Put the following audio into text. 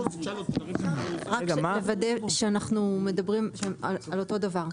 רק לוודא שאנחנו מדברים על אותו דבר.